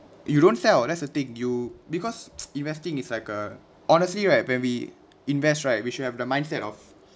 you don't sell that's the thing you because investing it's like uh honestly right when we invest right we should have the mindset of